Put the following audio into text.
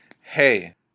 hey